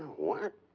what?